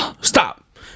Stop